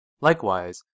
Likewise